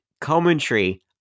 commentary